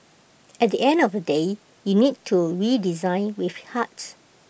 at the end of the day you need to redesign with heart